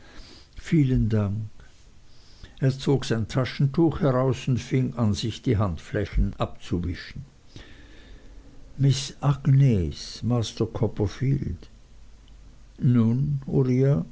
vielen dank er zog sein taschentuch heraus und fing an sich die handflächen abzuwischen miß agnes master copperfield nun